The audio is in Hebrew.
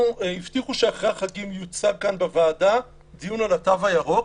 הבטיחו שאחרי החגים יתקיים בוועדה דיון אודות התו הירוק.